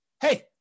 hey